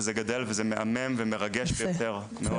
וזה גדל וזה מהמם ומרגש ביותר.